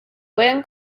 pueden